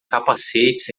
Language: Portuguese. capacetes